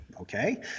okay